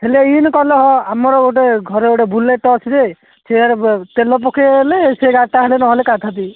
ହେଲେ ଇନ କଲେ ହ ଆମର ଘରେ ଗୋଟେ ବୁଲେଟ ଅଛି ଯେ ସିଆର ବ ତେଲ ପକେଇବ ହେଲେ ସେ ଗାଡ଼ିଟା ହେଲେ ନହେଲେ କାଢ଼ିଥାଆନ୍ତି